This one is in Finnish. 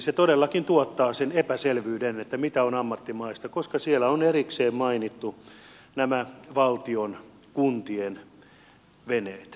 ne todellakin tuottavat sen epäselvyyden siitä mikä on ammattimaista koska siellä on erikseen mainittu nämä valtion kuntien veneet